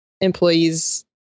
employees